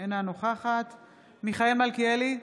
אינה נוכחת מיכאל מלכיאלי,